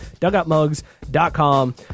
DugoutMugs.com